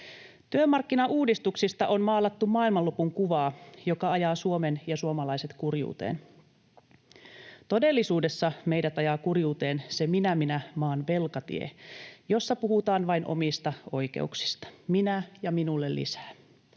Työmarkkinauudistuksista on maalattu maailmanlopun kuvaa, joka ajaa Suomen ja suomalaiset kurjuuteen. Todellisuudessa meidät ajaa kurjuuteen se minä-minä-maan velkatie, jossa puhutaan vain omista oikeuksista — minä, ja minulle lisää.